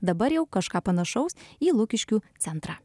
dabar jau kažką panašaus į lukiškių centrą